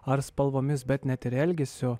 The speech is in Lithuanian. ar spalvomis bet net ir elgesiu